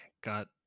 got